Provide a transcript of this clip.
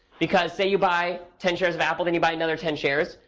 because say you buy ten shares of apple. then you buy another ten shares.